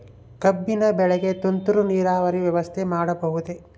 ಕಬ್ಬಿನ ಬೆಳೆಗೆ ತುಂತುರು ನೇರಾವರಿ ವ್ಯವಸ್ಥೆ ಮಾಡಬಹುದೇ?